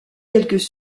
quelques